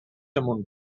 amunt